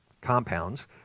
compounds